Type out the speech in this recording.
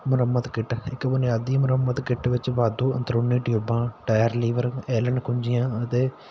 ਮੁਰੰਮਤ ਕਿੱਟ ਇੱਕ ਬੁਨਿਆਦੀ ਮੁਰੰਮਤ ਕਿੱਟ ਵਿੱਚ ਵਾਧੂ ਅੰਦਰੂਨੀ ਟਿਊਬਾਂ ਟਾਇਰ ਲੀਵਰ ਐਲਨ ਕੁੰਜੀਆਂ ਅਤੇ